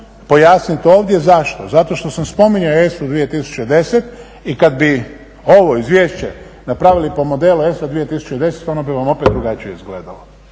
pojasniti ovdje. Zašto? Zato što sam spominjao ESA-u 2010. i kad bi ovo izvješće napravili po modelu ESA 2010. ono bi vam opet drugačije izgledalo.